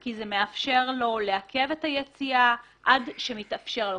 כי זה מאפשר לו לעכב את היציאה עד שמתאפשר לו,